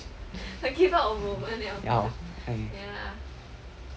ya hor okay